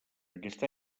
aquest